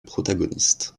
protagonistes